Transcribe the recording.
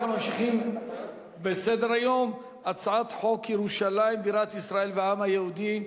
אנחנו ממשיכים בסדר-היום: הצעת חוק ירושלים בירת ישראל והעם היהודי,